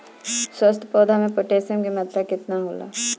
स्वस्थ पौधा मे पोटासियम कि मात्रा कितना होला?